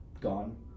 gone